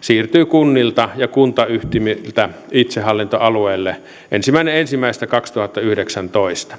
siirtyy kunnilta ja kuntayhtymiltä itsehallintoalueille ensimmäinen ensimmäistä kaksituhattayhdeksäntoista